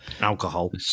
Alcohol